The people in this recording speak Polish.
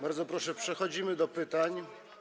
Bardzo proszę, przechodzimy do pytań.